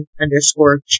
underscore